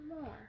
more